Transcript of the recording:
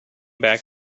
back